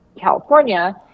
California